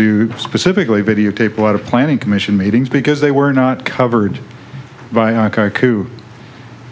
to specifically videotape lot of planning commission meetings because they were not covered by our coup